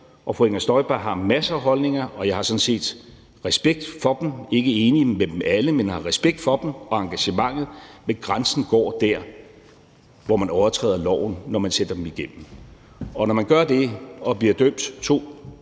Fru Inger Støjberg har masser af holdninger, og jeg har sådan set respekt for dem – jeg er ikke enig i dem alle, men har respekt for dem og engagementet. Men grænsen går der, hvor man overtræder loven, når man sætter dem igennem. Og når man gør det og bliver idømt